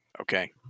Okay